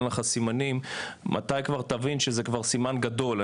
לך סימנים מתי כבר תבין שזה סימן גדול,